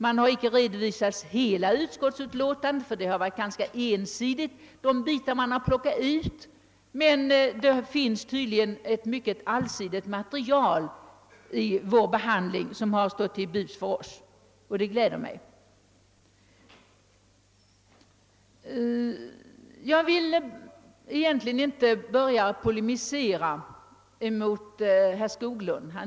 Man har icke redovi sat detta i dess helhet — de bitar som plockats ut har varit ett ganska ensidigt urval — men det är tydligen ett allsidigt material som stått till buds vid vår behandling. Det finner jag tillfredsställande. Jag vill egentligen inte börja polemisera mot herr Skoglund.